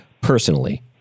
personally